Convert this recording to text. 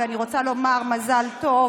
אני רוצה לומר מזל טוב